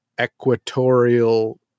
equatorial